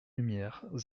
lumière